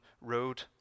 Road